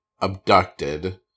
abducted